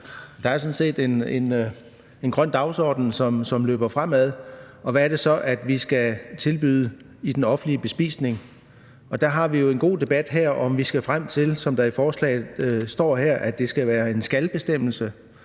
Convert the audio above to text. Der er sådan set en grøn dagsorden, som løber derudaf. Og hvad er det så, vi skal tilbyde i den offentlige bespisning? Der har vi jo her en god debat om, hvorvidt det, som det står i forslaget her, skal være en »skal«-bestemmelse,